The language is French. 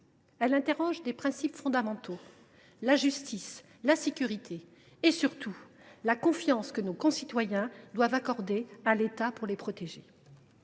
en effet des principes fondamentaux : la justice, la sécurité et, surtout, la confiance que nos concitoyens doivent pouvoir accorder à l’État qui les protège.